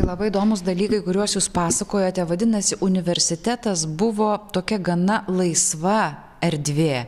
labai įdomūs dalykai kuriuos jūs pasakojote vadinasi universitetas buvo tokia gana laisva erdvė